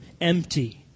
empty